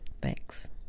Thanks